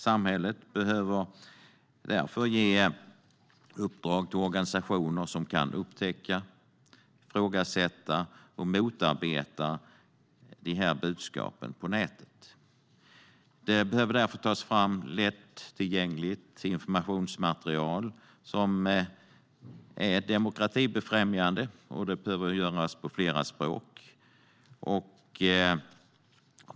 Samhället behöver ge uppdrag till organisationer som kan upptäcka, ifrågasätta och motarbeta de här budskapen på nätet. Det behöver därför tas fram lättillgängligt informationsmaterial som är demokratibefrämjande, och det behöver tas fram på flera språk.